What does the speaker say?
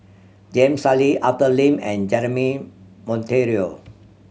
Jam Sali Arthur Lim and Jeremy Monteiro